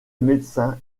médecin